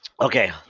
Okay